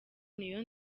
niyo